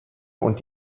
und